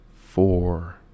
four